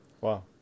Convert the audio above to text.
Wow